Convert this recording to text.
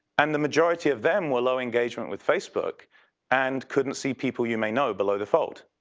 and the majority of them were low engagement with facebook and couldn't see people you may know below the fold.